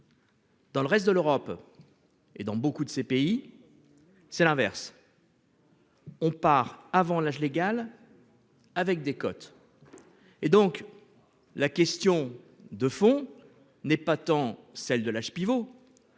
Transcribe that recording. Dans le reste de l'Europe. Et dans beaucoup de ces pays. C'est l'inverse. On part avant l'âge légal. Avec des cotes. Et donc. La question de fond n'est pas tant celle de l'âge pivot.